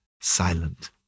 silent